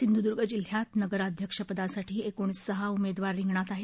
सिंधुद्र्ग जिल्ह्यात नगराध्यक्षपदासाठी एकूण सहा उमेदवार रिंगणात आहेत